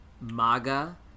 maga